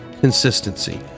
consistency